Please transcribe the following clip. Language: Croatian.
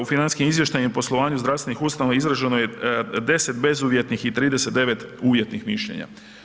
U financijskim izvještajima i poslovanju zdravstvenih ustanova izraženo je 10 bezuvjetnih i 39 uvjetnih mišljenja.